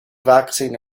vaccine